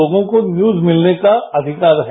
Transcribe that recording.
लोगों को न्यूज मिलने का अधिकार है